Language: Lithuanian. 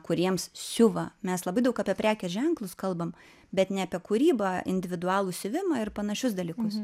kuriems siuva mes labai daug apie prekės ženklus kalbam bet ne apie kūrybą individualų siuvimą ir panašius dalykus